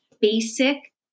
basic